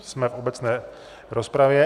Jsme v obecné rozpravě.